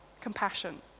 Compassion